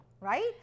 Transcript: right